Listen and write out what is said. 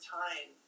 time